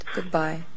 Goodbye